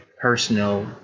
personal